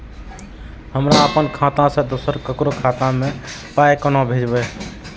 हमरा आपन खाता से दोसर ककरो खाता मे पाय कोना भेजबै?